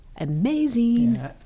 amazing